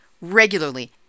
regularly